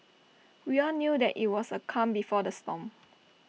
we all knew that IT was the calm before the storm